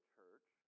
Church